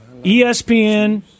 ESPN